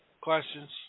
questions